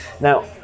now